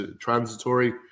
transitory